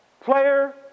Player